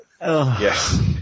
Yes